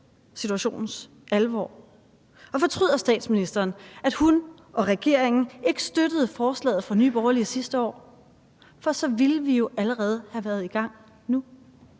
situationens alvor? Og fortryder statsministeren, at hun og regeringen ikke støttede forslaget fra Nye Borgerlige sidste år? For så ville vi jo allerede have været i gang nu.